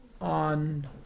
on